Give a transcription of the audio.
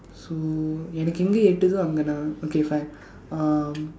so எனக்கு எங்கே எட்டுதோ அங்க நான்:enakku engkee etduthoo angkee naan okay fine um